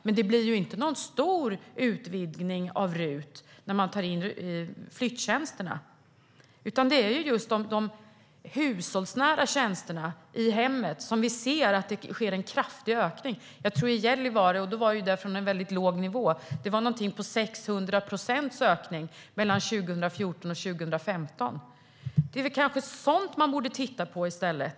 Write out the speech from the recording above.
Men det blir inte någon stor utvidgning av RUT när man tar in flyttjänsterna, utan det är just för de hushållsnära tjänsterna i hemmet som vi ser en kraftig ökning. I Gällivare tror jag att de ökade med 600 procent mellan 2014 och 2015, från en väldigt låg nivå. Det kanske är sådant man borde titta på i stället.